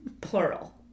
plural